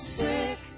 sick